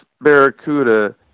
barracuda